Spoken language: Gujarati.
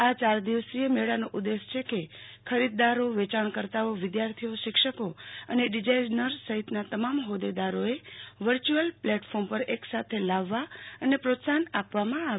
આ ચાર દિવસીય મેળાનો ઉદ્દેશ છે કે ખરીદદારોવેયાણકર્તાઓવિદ્યાર્થીઓ શિક્ષકો અને ડિઝાઇનર્સ સહિતના તમામ હોદ્દેદારોને ચ્રેક વર્ય્યું એલ પ્લેટફોર્મ પર એસાથે લાવવા અને પ્રોત્સાહન આપવામાં આવે